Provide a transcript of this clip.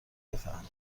بفهمم